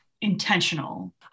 intentional